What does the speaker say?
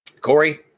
Corey